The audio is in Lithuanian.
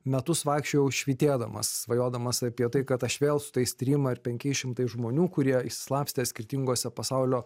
metus vaikščiojau švytėdamas svajodamas apie tai kad aš vėl su tais trim ar penkiais šimtais žmonių kurie išsislapstė skirtingose pasaulio